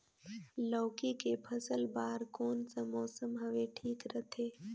लौकी के फसल बार कोन सा मौसम हवे ठीक रथे?